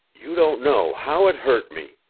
you don't know how it hurt me.